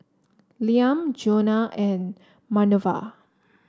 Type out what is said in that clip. Liam Jonna and Manerva